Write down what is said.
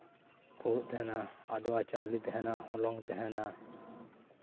ᱯᱷᱩᱲᱩᱜ ᱛᱟᱦᱮᱱᱟ ᱟᱫᱽᱣᱟ ᱪᱟᱣᱞᱮ ᱛᱟᱦᱮᱱᱟ ᱦᱚᱞᱚᱝ ᱛᱟᱦᱮᱱᱟ